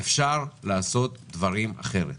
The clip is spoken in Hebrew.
אפשר לעשות דברים אחרת.